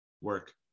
work